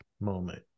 moment